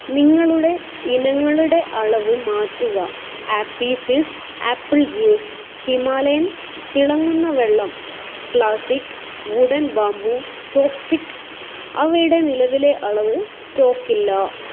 നിങ്ങളുടെ ഇനങ്ങളുടെ അളവ് മാറ്റുക Appy Fizz apple juice Himalayan തിളങ്ങുന്ന വെള്ളം ക്ലാസ്സിക് വുഡൻ ബാംബൂ ചോപ്സ്റ്റിക്ക് അവയുടെ നിലവിലെ അളവ് സ്റ്റോക്ക് ഇല്ല